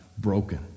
Broken